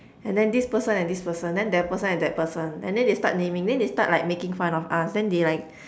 and then this person and this person then that person and that person and then they start naming then they start like making fun of us then they like